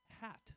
hat